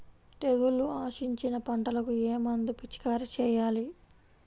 తెగుళ్లు ఆశించిన పంటలకు ఏ మందు పిచికారీ చేయాలి?